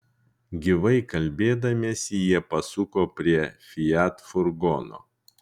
gyvai kalbėdamiesi jie pasuko prie fiat furgono